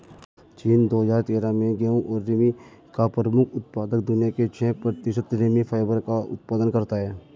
चीन, दो हजार तेरह में गेहूं और रेमी का प्रमुख उत्पादक, दुनिया के छह प्रतिशत रेमी फाइबर का उत्पादन करता है